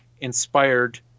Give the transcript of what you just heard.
inspired